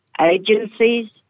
agencies